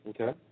Okay